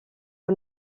nhw